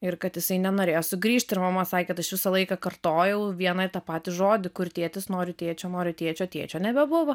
ir kad jisai nenorėjo sugrįžt ir mama sakė kad aš visą laiką kartojau vieną ir tą patį žodį kur tėtis noriu tėčio noriu tėčio tėčio nebebuvo